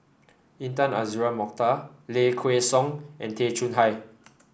Intan Azura Mokhtar Low Kway Song and Tay Chong Hai